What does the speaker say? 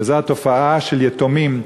וזה התופעה של יתומים,